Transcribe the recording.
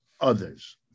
others